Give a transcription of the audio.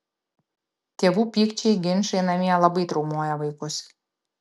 tėvų pykčiai ginčai namie labai traumuoja vaikus